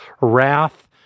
wrath